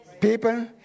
People